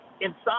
inside